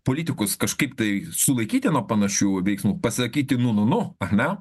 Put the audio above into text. politikus kažkaip tai sulaikyti nuo panašių veiksmų pasakyti nu nu ne